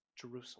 Jerusalem